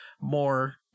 more